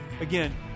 Again